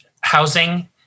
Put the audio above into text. housing